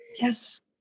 Yes